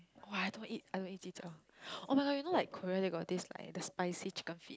!wah! I don't eat I don't eat ji-jiao [oh]-my-god you know like Korea they got this like the spicy chicken feet